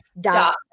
dot